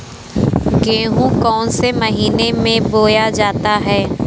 गेहूँ कौन से महीने में बोया जाता है?